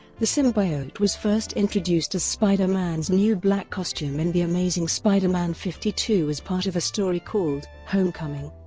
the symbiote was first introduced as spider-man's new black costume in the amazing spider-man fifty two as part of a story called homecoming!